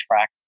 track